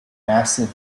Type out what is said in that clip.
massive